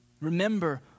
remember